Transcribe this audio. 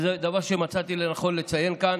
וזה דבר שמצאתי לנכון לציין כאן.